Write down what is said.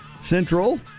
Central